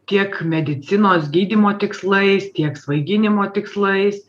tiek medicinos gydymo tikslais tiek svaiginimo tikslais